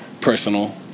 personal